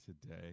today